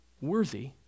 worthy